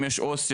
אם יש עו"ס,